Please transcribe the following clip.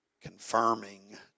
confirming